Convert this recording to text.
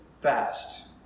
fast